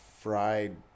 fried